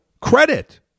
credit